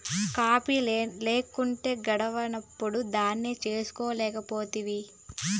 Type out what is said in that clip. coffee లేకుంటే గడవనప్పుడు దాన్నే చేసుకోలేకపోతివి